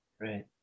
right